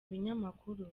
binyamakuru